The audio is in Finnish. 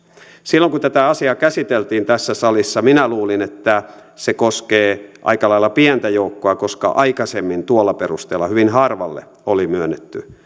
silloin kun tätä asiaa käsiteltiin tässä salissa minä luulin että se koskee aika lailla pientä joukkoa koska aikaisemmin tuolla perusteella hyvin harvalle oli myönnetty